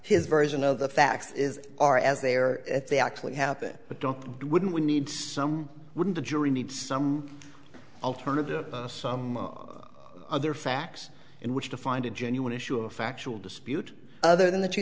his version of the facts is are as they are they actually happen but don't do wouldn't we need some wouldn't a jury need some alternative some other facts in which to find a genuine issue a factual dispute other than the two